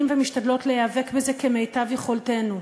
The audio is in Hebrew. ומשתדלות להיאבק בזה כמיטב יכולתנו.